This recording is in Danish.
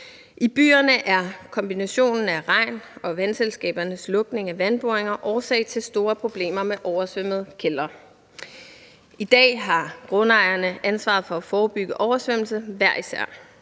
I byerne er kombinationen af regn og vandselskabernes lukning af vandboringer årsag til store problemer med oversvømmede kældre. I dag har grundejerne ansvaret for at forebygge oversvømmelse hver især.